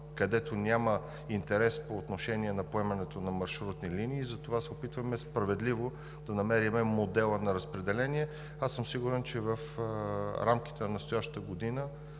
където няма интерес по отношение на поемането на маршрутни линии, и затова се опитваме справедливо да намерим модела на разпределение. Аз съм сигурен, че в рамките на настоящата година